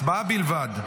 הצבעה בלבד.